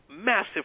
massive